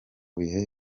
bihe